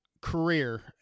career